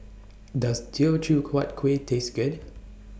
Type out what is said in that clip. Does Teochew Huat Kueh Taste Good